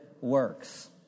works